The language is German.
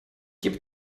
gebe